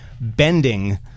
bending